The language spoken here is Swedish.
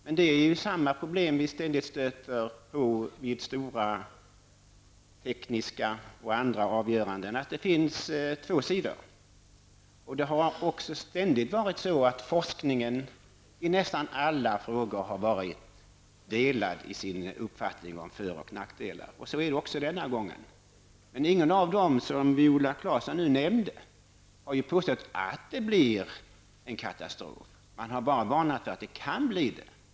Men det är samma problem vi ständigt stöter på vid stora tekniska och andra avgöranden, att det finns två sidor. I nästan alla frågor har forskningen varit delad i sin uppfattning om för och nackdelar, och så är det också denna gång. Men ingen av dem som Viola Claesson nu nämnde har påstått att det blir en katastrof. De har bara varnat för att det kan bli det.